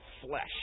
flesh